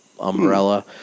umbrella